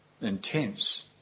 intense